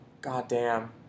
goddamn